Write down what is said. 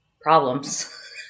problems